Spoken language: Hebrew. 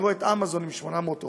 אני רואה את אמזון עם 800 עובדים,